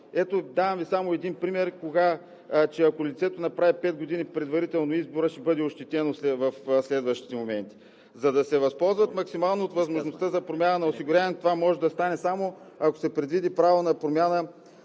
Ето, давам Ви само един пример, че ако лицето направи пет години предварително избора, ще бъде ощетено в следващите моменти. За да се възползват максимално от възможността за промяна на осигуряването, това може да стане само ако се предвиди правилна промяна